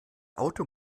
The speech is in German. auto